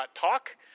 talk